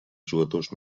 jugadors